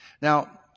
Now